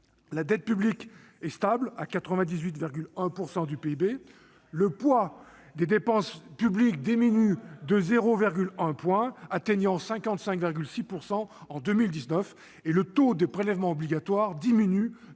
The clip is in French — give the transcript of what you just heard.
La dette publique est stable à 98,1 % du PIB. Le poids des dépenses publiques dans le PIB diminue de 0,1 point, atteignant 55,6 % en 2019. Le taux de prélèvements obligatoires diminue de 0,7